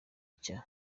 cya